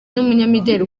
n’umunyamideli